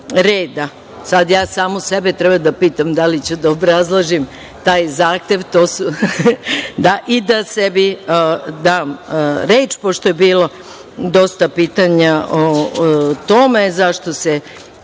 reda. Sad ja samu sebe moram da pitam da li ću da obrazlažem taj zahtev i da sebi dam reč. Pošto je bilo dosta pitanja o tome zašto se